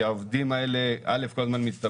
כי העובדים האלה: (א) כל הזמן מצטברים,